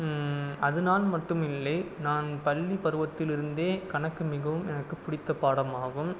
அதனால் மட்டும் இல்லை நான் பள்ளி பருவத்தில் இருந்தே கணக்கு மிகவும் எனக்கு பிடித்த பாடம் ஆகும்